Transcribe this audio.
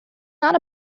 not